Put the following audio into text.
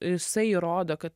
jisai įrodo kad